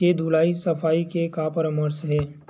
के धुलाई सफाई के का परामर्श हे?